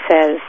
says